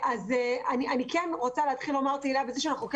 אני כן רוצה להתחיל ולומר שאנחנו כן